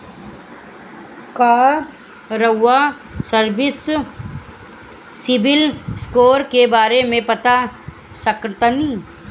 का रउआ CIBIL score के बारे में बता सकतानी?